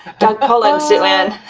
doug pullin, sue-ann.